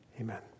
Amen